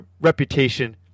reputation